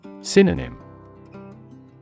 Synonym